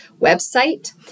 website